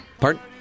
Pardon